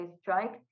strike